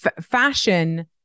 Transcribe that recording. fashion